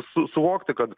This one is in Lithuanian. su suvokti kad